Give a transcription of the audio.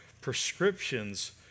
prescriptions